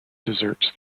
deserts